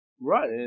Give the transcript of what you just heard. Right